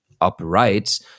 upright